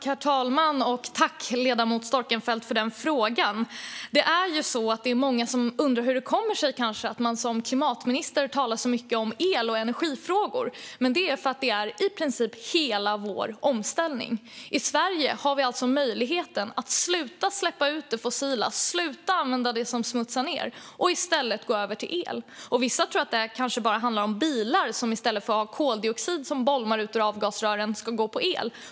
Herr talman! Tack, ledamoten Storckenfeldt, för den frågan! Det är många som undrar hur det kommer sig att man som klimatminister talar så mycket om el och energifrågor. Det är för att det är i princip hela vår omställning. I Sverige har vi möjligheten att sluta släppa ut det fossila, sluta använda det som smutsar ned och i stället gå över till el. Vissa tror kanske att det bara handlar om bilar, som i stället för att ha koldioxid som bolmar ut ur avgasrören ska gå på el.